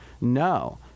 No